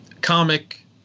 comic